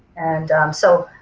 and so